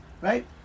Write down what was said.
right